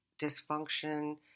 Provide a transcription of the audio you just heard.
dysfunction